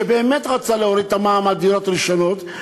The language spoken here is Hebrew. שבאמת רצה להוריד את המע"מ על דירות ראשונות,